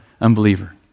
unbeliever